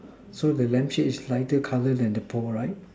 so the lamb shape is lighter colour than the post right